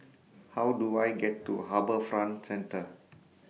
How Do I get to HarbourFront Centre